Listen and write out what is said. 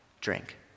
Drink